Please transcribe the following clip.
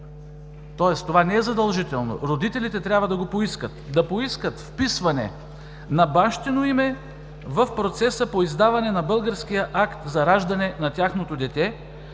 тоест това не е задължително, родителите трябва да го поискат, вписване на бащино име в процеса по издаване на българския акт за раждане на тяхното дете,